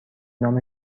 نام